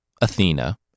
Athena